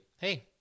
Hey